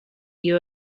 you